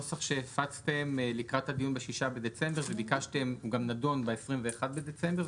הנוסח שהפצתם לקראת הדיון ב-6 בדצמבר והוא נדון ב-21 בדצמבר.